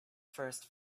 first